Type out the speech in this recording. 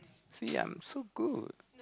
see I'm so good